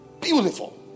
Beautiful